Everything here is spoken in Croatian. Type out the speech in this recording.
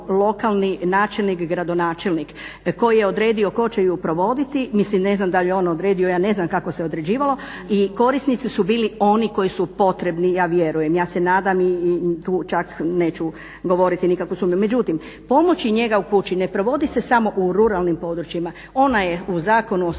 lokalni načelnik, gradonačelnik, koji je odredio tko će ju provoditi. Mislim ne znam dal ju je on odredio, ja ne znam kako se određivalo i korisnici su bili oni koji su potrebni, ja vjerujem, ja se nadam i tu sad neću govoriti nikakvu sumnju. Međutim, pomoć i njega u kući ne provodi se samo u ruralnim područjima. Ona je u Zakonu o